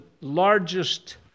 largest